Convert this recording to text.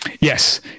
yes